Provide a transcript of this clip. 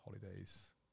holidays